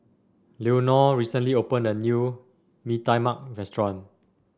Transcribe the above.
Leonore recently opened a new Mee Tai Mak restaurant